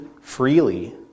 freely